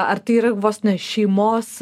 ar tai yra vos ne šeimos